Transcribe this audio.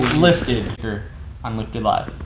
lifted on lifted live.